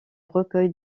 recueils